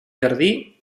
jardí